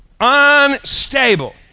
Unstable